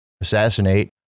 assassinate